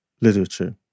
literature